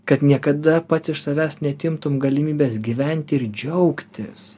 kad niekada pats iš savęs neatimtum galimybės gyventi ir džiaugtis